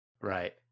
Right